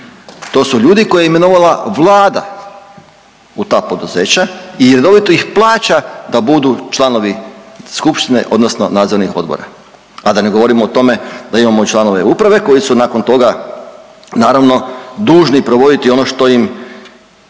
To su ljudi koje je imenovala Vlada u ta poduzeća i redovito ih plaća da budu članovi skupštine odnosno nadzornih odbora. A da ne govorimo o tome da imamo članove uprave koji su nakon toga naravno dužni provoditi ono što im